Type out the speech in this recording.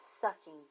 sucking